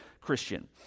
Christian